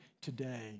today